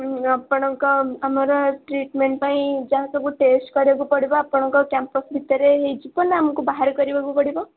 ହୁଁ ଆପଣଙ୍କ ଆମର ଟ୍ରିଟ୍ମେଣ୍ଟ ପାଇଁ ଯାହା ସବୁ ଟେଷ୍ଟ କରିବାକୁ ପଡ଼ିବ ଆପଣଙ୍କ କ୍ୟାମ୍ପସ୍ ଭିତରେ ହେଇଯିବ ନା ଆମକୁ ବାହାରେ କରିବାକୁ ପଡ଼ିବ